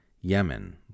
Yemen